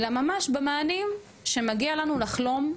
אלא ממש במענים שמגיע לנו לחלום,